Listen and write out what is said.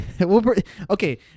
Okay